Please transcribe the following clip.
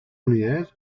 unidades